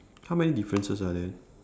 how many differences are there